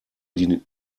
die